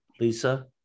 Lisa